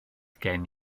gen